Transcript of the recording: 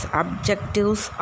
objectives